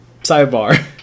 sidebar